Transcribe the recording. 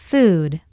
Food